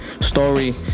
story